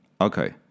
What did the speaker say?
Okay